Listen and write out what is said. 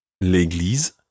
l'église